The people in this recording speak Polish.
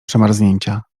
przemarznięcia